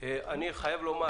אני חייב לומר